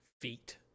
feet